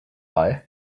eye